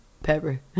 Pepper